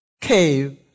cave